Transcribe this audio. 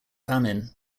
famine